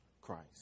Christ